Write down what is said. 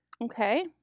Okay